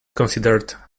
considered